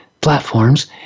platforms